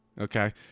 Okay